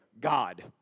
God